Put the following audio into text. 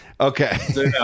okay